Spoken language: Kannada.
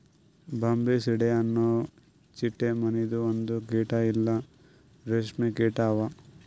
ಬಾಂಬಿಸಿಡೆ ಅನೊ ಚಿಟ್ಟೆ ಮನಿದು ಒಂದು ಕೀಟ ಇಲ್ಲಾ ರೇಷ್ಮೆ ಕೀಟ ಅವಾ